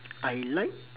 I like